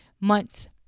Months